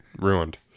ruined